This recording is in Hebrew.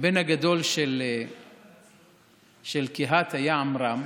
הבן הגדול של קהת היה עמרם,